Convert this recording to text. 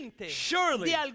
Surely